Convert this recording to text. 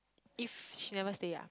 if she never stay ah